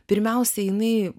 pirmiausia jinai